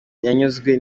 yanyuzwe